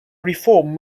reform